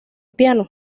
piano